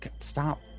Stop